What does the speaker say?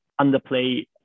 underplay